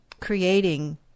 creating